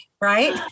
right